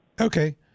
Okay